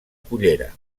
cullera